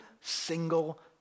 single